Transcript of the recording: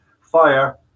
fire